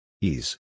Ease